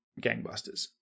gangbusters